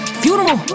funeral